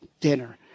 dinner